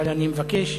אבל אני מבקש,